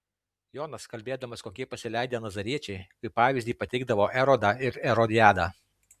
jonas kalbėdamas kokie pasileidę nazariečiai kaip pavyzdį pateikdavo erodą ir erodiadą